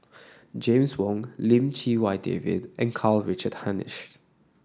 James Wong Lim Chee Wai David and Karl Richard Hanitsch